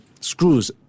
screws